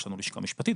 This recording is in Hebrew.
יש לנו לשכה משפטית,